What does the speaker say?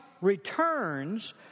returns